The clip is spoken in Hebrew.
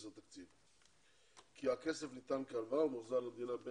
התקציב כי הכסף ניתן כהלוואה וממילא מוחזר למדינה.